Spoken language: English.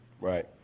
Right